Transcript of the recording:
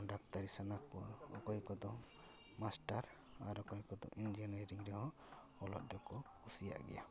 ᱰᱟᱠᱛᱟᱨᱤ ᱥᱟᱱᱟ ᱠᱚᱣᱟ ᱠᱚᱭᱠᱚᱫᱚ ᱢᱟᱥᱴᱟᱨ ᱚᱠᱚᱭ ᱠᱚᱫᱚ ᱟᱨ ᱚᱠᱚᱭ ᱠᱚᱫᱚ ᱤᱡᱤᱱᱤᱭᱟᱨᱤᱝ ᱨᱮᱦᱚᱸ ᱚᱞᱚᱜ ᱫᱚᱠᱚ ᱠᱩᱥᱤᱭᱟᱜ ᱜᱮᱭᱟ